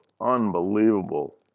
unbelievable